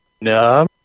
no